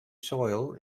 soil